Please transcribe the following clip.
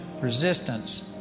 resistance